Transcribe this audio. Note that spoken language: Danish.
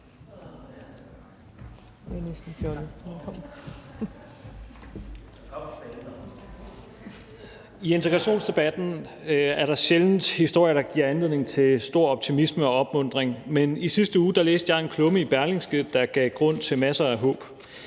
I integrationsdebatten er der sjældent historier, der giver anledning til stor optimisme og opmuntring, men i sidste uge læste jeg en klumme i Berlingske, der gav grund til masser af håb.